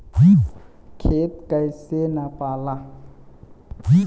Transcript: खेत कैसे नपाला?